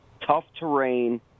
tough-terrain